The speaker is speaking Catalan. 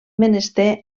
menester